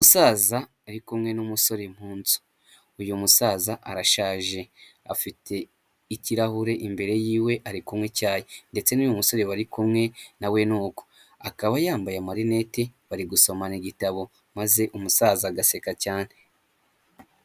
Umusaza ari kumwe n'umusore mu nzu, uyu musaza arashaje afite ikirahure imbere yiwe ari kunywa icyayi ndetse n'uyu musore bari kumwe nawe ni uko, akaba yambaye amarineti bari gusomana igitabo maze umusaza agaseka cyane.